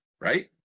right